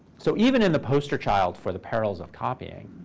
so even in the poster child for the perils of copying,